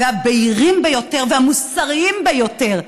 והבהירים ביותר והמוסריים ביותר.